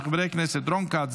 של חברי הכנסת רון כץ,